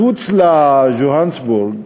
מחוץ ליוהנסבורג